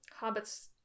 hobbits